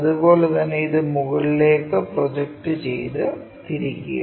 അതുപോലെ തന്നെ ഇത് മുകളിലേക്ക് പ്രൊജക്റ്റ് ചെയ്ത് തിരിക്കുക